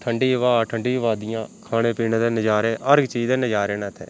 ठंडी हवा ठंडी बादियां खाने पीने दे नज़ारे हर इक चीज़ दे नज़ारे न इत्थें